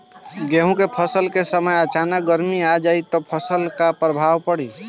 गेहुँ के फसल के समय अचानक गर्मी आ जाई त फसल पर का प्रभाव पड़ी?